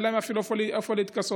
ואין להם אפילו איפה לחסות.